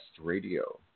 Radio